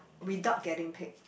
without getting paid